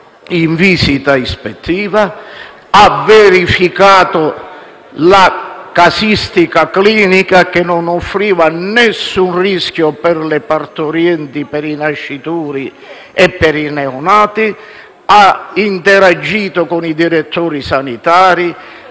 in visita ispettiva, ha verificato la casistica clinica, che non offriva nessun rischio per le partorienti, per i nascituri e per i neonati, ha interagito con i direttori sanitari,